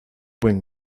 buen